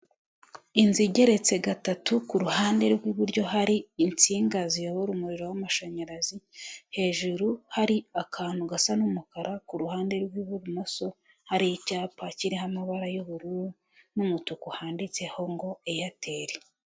Inzu igeretse gatatu ku ruhande rw'iburyo hari insinga ziyobora umuriro w'amashanyarazi, hejuru hari akantu gasa n'umukara ku ruhande rw'ibumoso hari icyapa kiriho amabara y'ubururu n'umutuku handitseho ngo eyateri.